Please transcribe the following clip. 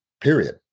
period